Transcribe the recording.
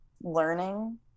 learning